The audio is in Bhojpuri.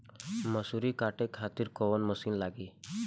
मसूरी काटे खातिर कोवन मसिन लागी?